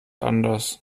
anders